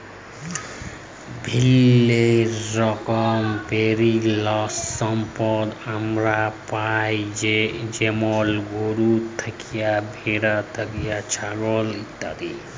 বিভিল্য রকমের পেরালিসম্পদ আমরা পাই যেমল গরু থ্যাকে, ভেড়া থ্যাকে, ছাগল ইত্যাদি